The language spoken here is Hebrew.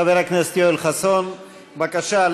חבר הכנסת יואל חסון, בבקשה.